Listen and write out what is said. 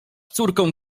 córką